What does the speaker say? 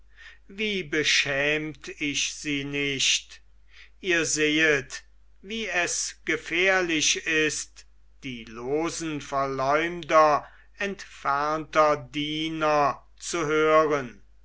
wie beschämt ich sie nicht ihr sehet wie es gefährlich ist die losen verleumder entfernter diener zu hören